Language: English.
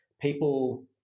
people